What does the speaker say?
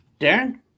darren